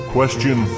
Question